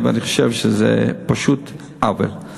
ואני חושב שזה פשוט עוול.